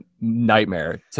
nightmare